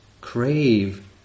crave